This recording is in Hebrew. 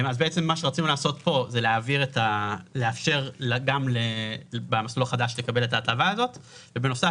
כאן רצינו לאפשר גם במסלול החדש לקבל את ההטבה הזאת ובנוסף